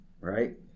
right